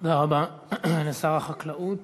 תודה רבה לשר החקלאות.